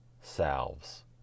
salves